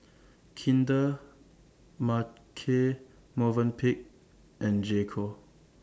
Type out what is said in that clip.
Kinder Marche Movenpick and J Co